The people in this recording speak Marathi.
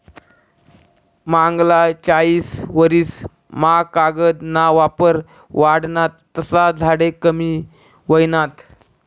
मांगला चायीस वरीस मा कागद ना वापर वाढना तसा झाडे कमी व्हयनात